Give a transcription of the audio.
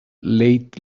late